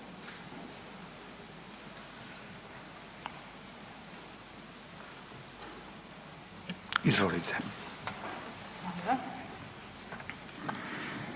Izvolite.